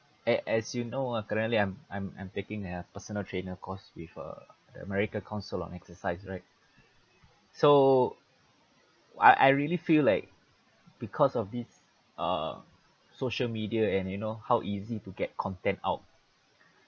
and as you know ah currently I'm I'm I'm taking a personal trainer course with uh the america council of exercise right so I I really feel like because of this uh social media and you know how easy to get content out